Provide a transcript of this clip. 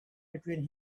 between